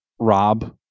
Rob